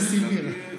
שגריר בסיביר.